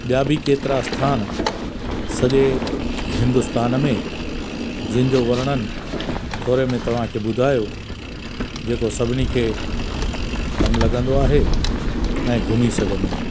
ॿिया बि केतिरा आस्थान सॼे हिन्दुस्तान में जंहिंजो वर्णन थोरे में तव्हांखे ॿुधायो जेको सभिनी खे कमु लगंदो आहे ऐं घुमी सघंदा आहिनि